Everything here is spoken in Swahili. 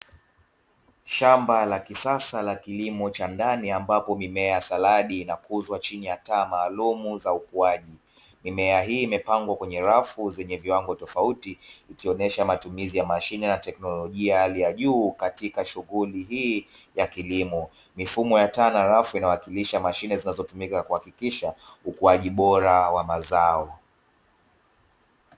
Shamba la kisasa la kilimo cha ndani, ambapo mimea saladi na kuuzwa chini ya taa maalumu za ukuaji, nimeahidi mipango mojawapo wenye viwango tofauti akionesha matumizi ya mashine na teknolojia ya juu katika shughuli hii ya kilimo mifumo ya tano halafu inawakilisha mashine zinazotumika kuhakikisha ukuaji bora wa mazao.